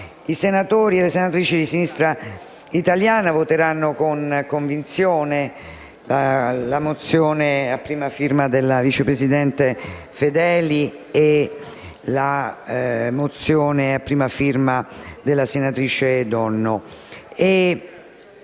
i senatori e le senatrici di Sinistra Italiana voteranno con convinzione la mozione a prima firma della vice presidente Fedeli e quella a prima firma della senatrice Donno.